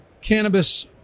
cannabis